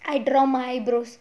I draw my eyebrows